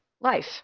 life